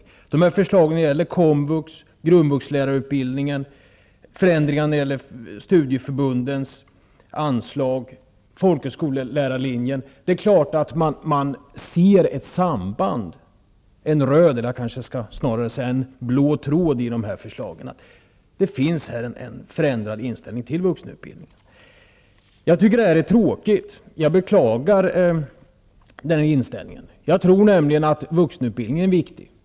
När det gäller förslagen om komvux, grundvuxlärarutbildningen, förändringarna i fråga om studieförbundens anslag och folkhögskollärarlinjen ser man självfallet ett samband -- en röd, eller kanske snarare en blå, tråd. Det finns alltså här en förändrad inställning till vuxenutbildningen. Det här är tråkigt. Jag beklagar alltså att man har denna inställning. Jag tror nämligen att vuxenutbildningen är viktig.